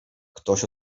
ktoś